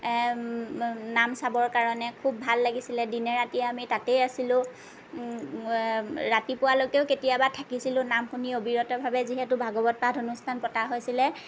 নাম চাবৰ কাৰণে খুব ভাল লাগিছিলে দিনে ৰাতিয়ে আমি তাতেই আছিলোঁ ৰাতিপুৱালৈকেও কেতিয়াবা থাকিছিলোঁ নাম শুনি অবিৰতভাৱে যিহেতু ভাগৱত পাঠ অনুষ্ঠান পতা হৈছিলে